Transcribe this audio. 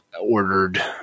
ordered